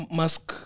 mask